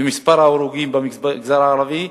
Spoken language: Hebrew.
במספר ההרוגים במגזר הערבי,